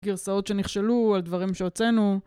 גרסאות שנכשלו על דברים שהוצאנו